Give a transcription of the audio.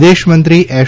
વિદેશમંત્રી એસ